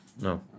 No